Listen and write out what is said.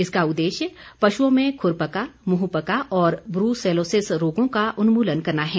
इसका उद्देश्य पशुओं में ख्रपका मुंहपका और ब्रूसेलोसिस रोगों का उन्मूलन करना है